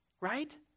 right